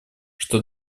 что